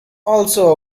also